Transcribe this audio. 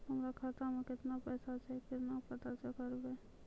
हमरा खाता मे केतना पैसा छै, केना पता करबै?